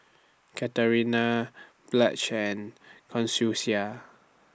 Katharina Blanche and Consuela